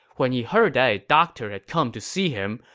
when he heard that a doctor had come to see him,